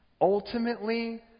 Ultimately